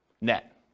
net